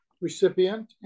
recipient